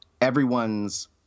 everyone's